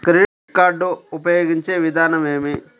Credit card ఉపయోగించే విధానం ఏమి?